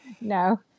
No